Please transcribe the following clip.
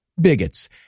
bigots